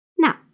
Now